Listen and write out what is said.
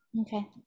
Okay